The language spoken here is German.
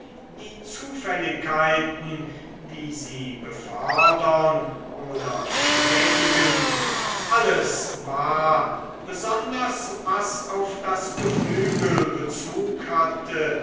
die zufälligkeiten wie sie befördern oder schädigen alles war besonders was auf das geflügel bezug hatte